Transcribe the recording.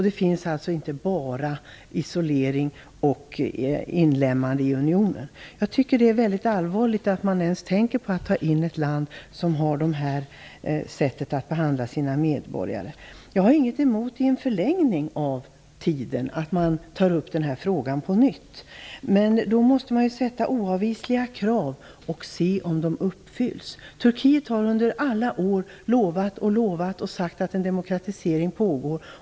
Det är alltså inte bara fråga om isolering eller inlemmande i unionen. Jag tycker att det är väldigt allvarligt att man ens tänker på att ta in ett land som har det här sättet att behandla sina medborgare. Jag har ingenting emot en förlängning av tiden för behandling av frågan, att man tar upp frågan på nytt. Men då måste man ställa oavvisliga krav och se om de uppfylls. Turkiet har under alla år lovat och sagt att en demokratisering pågår.